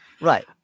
right